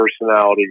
personality